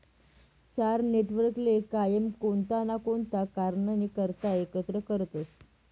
चार नेटवर्कले कायम कोणता ना कोणता कारणनी करता एकत्र करतसं